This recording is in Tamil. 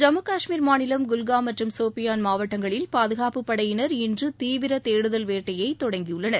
ஜம்மு கஷ்மீர் மாநிலம் குல்காம் மற்றும் சோபியான் மாவட்ட்ங்களில் பாதுகாப்பு படையினர் இன்று தீவிர தேடுதல் வேட்டையை தொடங்கியுள்ளார்